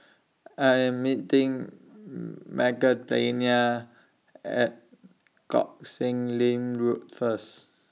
I Am meeting Magdalena At Koh Sek Lim Road First